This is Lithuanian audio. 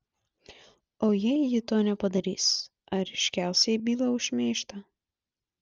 o jei ji to nepadarys ar iškels jai bylą už šmeižtą